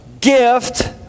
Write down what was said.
gift